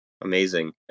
amazing